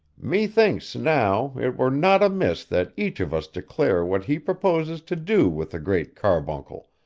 methinks, now, it were not amiss that each of us declare what he proposes to do with the great carbuncle,